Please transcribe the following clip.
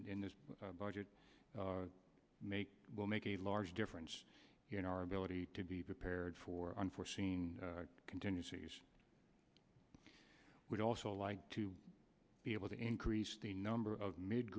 in this budget make will make a large difference in our ability to be prepared for unforeseen continues i would also like to be able to increase the number of mid